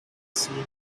seemed